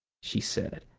she said,